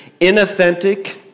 inauthentic